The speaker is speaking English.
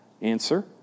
Answer